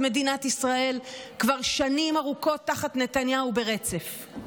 מדינת ישראל כבר שנים ארוכות תחת נתניהו ברצף.